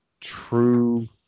true